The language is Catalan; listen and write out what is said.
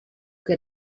que